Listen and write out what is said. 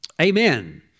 Amen